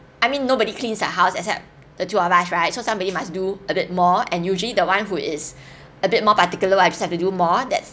I mean nobody cleans the house except the two of us right so somebody must do a bit more and usually the one who is a bit more particular wives have to do more that's